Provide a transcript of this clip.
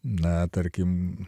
na tarkim